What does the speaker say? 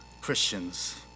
Christians